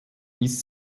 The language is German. ist